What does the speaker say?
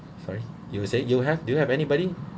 sorry you were saying you have do you have anybody